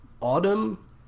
Autumn